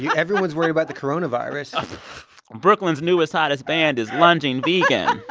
yeah everyone's worried about the coronavirus brooklyn's newest, hottest band is lunging vegan.